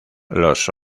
los